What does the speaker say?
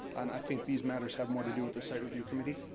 and i think these matters have more to do with the site review committee.